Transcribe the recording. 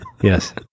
yes